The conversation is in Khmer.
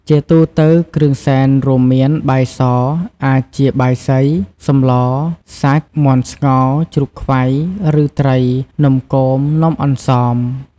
ជាទូទៅគ្រឿងសែន រួមមាន បាយស អាចជាបាយសី សម្ល សាច់ មាន់ស្ងោរ ជ្រូកខ្វៃ ឬត្រី នំគម នំអន្សម។